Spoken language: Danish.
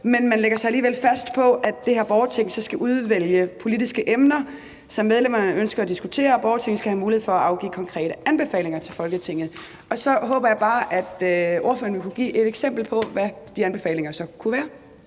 men man lægger sig alligevel fast på, at det her borgerting så skal udvælge politiske emner, som medlemmerne ønsker at diskutere, og at borgertinget skal have mulighed for at afgive konkrete anbefalinger til Folketinget, og så håber jeg bare, at ordføreren vil kunne give et eksempel på, hvad de anbefalinger så kunne være.